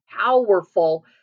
powerful